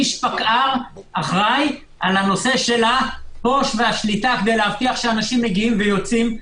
איש פקע"ר אחראי על הנושא של השליטה כדי להבטיח שאנשים מגיעים ויוצאים.